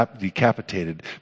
decapitated